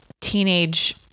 teenage